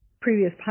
previous